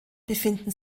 befinden